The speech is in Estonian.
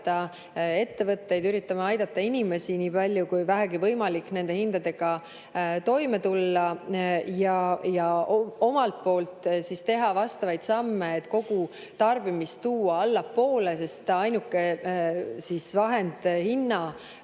ettevõtteid, üritame aidata inimesi nii palju kui vähegi võimalik nende hindadega toime tulla ja omalt poolt teha vastavaid samme, et kogu tarbimist tuua allapoole. Sest kokkuvõttes ainuke vahend hinna